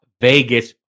Vegas